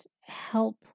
help